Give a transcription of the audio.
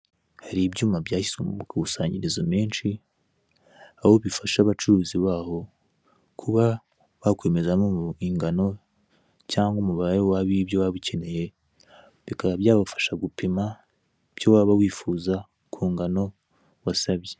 Hari ibyuma byahiswemo ku makusanyirizo menshi, aho bifasha abacuruzi baho kuba bakwemezamo ingano cyangwa umubare w'ibyo waba ukeneye, bikaba byabafasha gupima ibyo waba wifuza ku ngano wansabye.